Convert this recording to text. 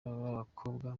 abakobwa